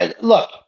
Look